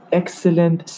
excellent